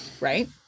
Right